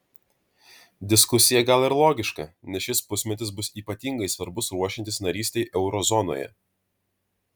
diskusija gal ir logiška nes šis pusmetis bus ypatingai svarbus ruošiantis narystei euro zonoje